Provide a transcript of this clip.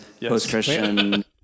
post-christian